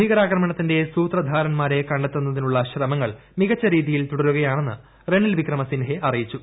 ഭീകരാക്രമണത്തിന്റെ സൂത്രധാരൻമാരെ കണ്ടെത്തുന്നതിനുള്ള ശ്രമങ്ങൾ മികച്ച രീതിയിൽ തുടരുകയാണെന്ന് റെനിൽ വിക്രമ സിൻഹേ അറിയിച്ചു